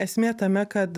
esmė tame kad